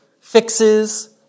fixes